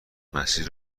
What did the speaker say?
مسیر